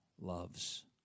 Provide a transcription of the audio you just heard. loves